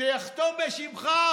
שיחתום בשמך,